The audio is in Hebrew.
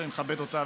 שאני מכבד אותה,